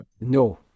No